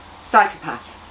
psychopath